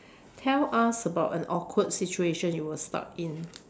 tell us about an awkward situation you were stuck in